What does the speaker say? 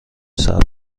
صبر